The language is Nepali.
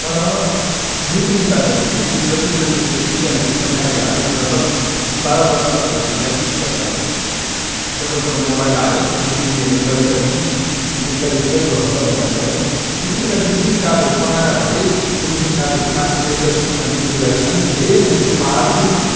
तर ग्रिटिङ कार्डहरू चाहिँ जति बेला त्यसको सिजन थियो समय थियो आजभन्दा दस बाह्र वर्षअगाडि या बिस वर्षअगाडि चाहिँ जब जब मोबाइल आयो त्यो ग्रिटिङ दिने कल्चर पनि बिस्तारै बिस्तारै ध्वस्त भएर गयो त्यत्ति बेला ग्रिटिङ कार्डहरू बनाएर धेरै ग्रिटिङ कार्डहरू पाँच रुपियाँ दस रुपियाँमा बिक्री गरेँ अनि धेरै मैले उपहार पनि दिए